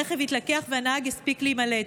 הרכב התלקח, והנהג הספיק להימלט.